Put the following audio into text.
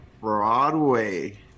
Broadway